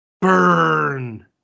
Burn